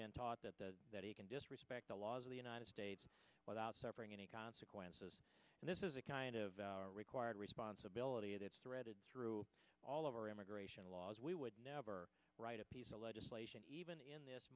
been taught that the that he can disrespect the laws of the united states without suffering any consequences and this is the kind of required responsibility that threaded through all of our immigration laws we would never write a piece of legislation even in this